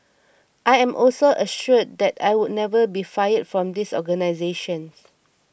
I am also assured that I would never be fired from this organisation